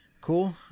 Cool